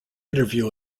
interview